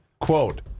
quote